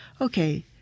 Okay